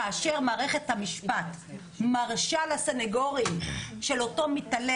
כאשר מערכת המשפט מרשה לסניגורים של אותו מתעלל